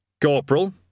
Corporal